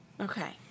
Okay